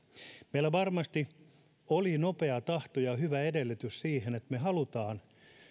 meillä varmasti oli nopea tahto ja hyvä edellytys siihen että me haluamme